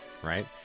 Right